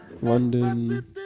London